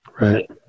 Right